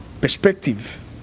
perspective